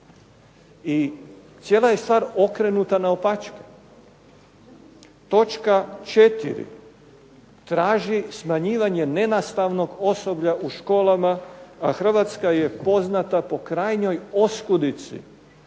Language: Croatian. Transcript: I cijela je stvar okrenuta naopačke. Točka 4 traži smanjivanje nenastavnog osoblja u školama, a Hrvatska je poznata po krajnjoj oskudici